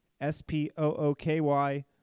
S-P-O-O-K-Y